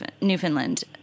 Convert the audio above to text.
Newfoundland